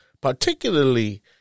particularly